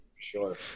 Sure